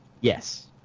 Yes